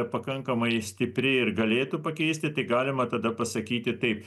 pakankamai stipri ir galėtų pakeisti tai galima tada pasakyti taip